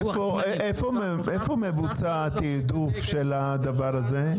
איפה מבוצע התיעדוף של הדבר הזה?